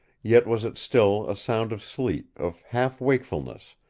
yet was it still a sound of sleep, of half wakefulness,